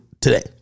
today